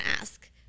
ask